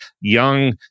young